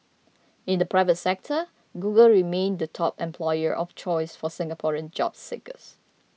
in the private sector Google remained the top employer of choice for Singaporean job seekers